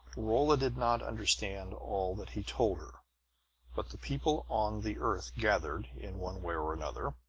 rolla did not understand all that he told her but the people on the earth gathered, in one way or another,